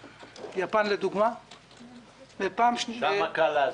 ביפן לדוגמה זה 200%. שם קל להסביר.